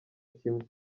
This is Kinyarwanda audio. kimwe